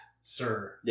sir